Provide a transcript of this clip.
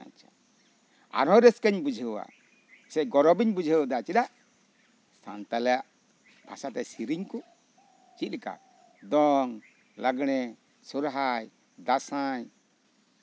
ᱟᱪᱪᱷᱟ ᱟᱨᱦᱚᱸ ᱨᱟᱹᱥᱠᱟᱹᱧ ᱵᱩᱡᱷᱟᱹᱣᱟᱹ ᱥᱮ ᱜᱚᱨᱚᱵᱤᱧ ᱵᱩᱡᱷᱟᱹᱣᱮᱫᱟ ᱪᱮᱫᱟᱜ ᱥᱟᱛᱟᱞᱟᱜ ᱵᱷᱟᱥ ᱛᱮ ᱥᱤᱨᱤᱧ ᱠᱩ ᱪᱮᱫᱞᱮᱠᱟᱼ ᱫᱚᱝ ᱞᱟᱸᱜᱽᱬᱮ ᱥᱚᱨᱦᱟᱭ ᱫᱟᱸᱥᱟᱭ